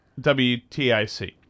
WTIC